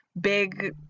big